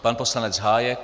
Pan poslanec Hájek.